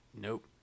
Nope